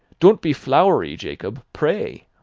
don't be flowery, jacob! pray!